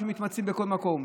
שמתמצאים בכל מקום,